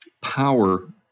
power